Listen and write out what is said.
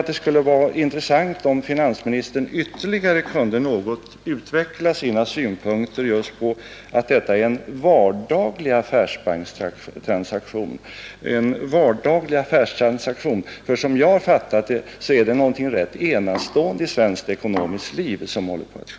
Det skulle vara intressant om finansministern kunde ytterligare något utveckla sina synpunkter på att detta är en vardaglig affärstransaktion, ty som jag har fattat saken är det någonting rätt enastående i svenskt ekonomiskt liv som håller på att ske.